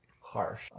harsh